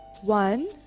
one